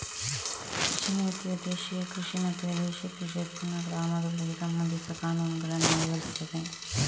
ಕೃಷಿ ನೀತಿಯು ದೇಶೀಯ ಕೃಷಿ ಮತ್ತು ವಿದೇಶಿ ಕೃಷಿ ಉತ್ಪನ್ನಗಳ ಆಮದುಗಳಿಗೆ ಸಂಬಂಧಿಸಿದ ಕಾನೂನುಗಳನ್ನ ವಿವರಿಸ್ತದೆ